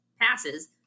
passes